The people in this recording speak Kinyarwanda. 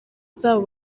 zabo